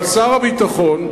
אבל שר הביטחון,